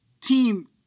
team